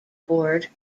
board